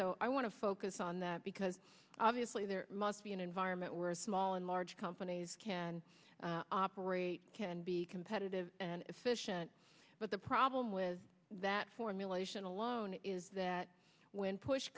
so i want to focus on that because obviously there must be an environment where small and large companies can operate can be competitive and efficient but the problem with that formulation alone is that when push